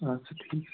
اَدٕ سا ٹھیٖک